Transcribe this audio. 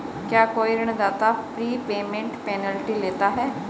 क्या कोई ऋणदाता प्रीपेमेंट पेनल्टी लेता है?